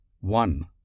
One